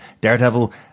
Daredevil